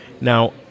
Now